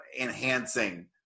enhancing